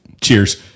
Cheers